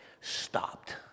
stopped